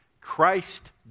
Christ